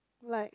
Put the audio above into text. like